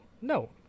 no